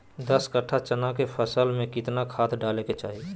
दस कट्ठा चना के फसल में कितना खाद डालें के चाहि?